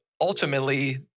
ultimately